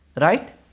right